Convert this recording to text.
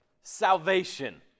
salvation